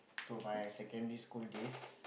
to my secondary school days